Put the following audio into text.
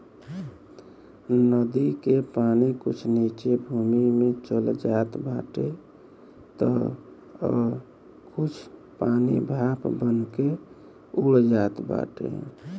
नदी के पानी कुछ नीचे भूमि में चल जात बाटे तअ कुछ पानी भाप बनके उड़ जात बाटे